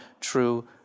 true